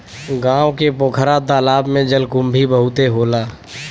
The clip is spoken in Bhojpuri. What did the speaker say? गांव के पोखरा तालाब में जलकुंभी बहुते होला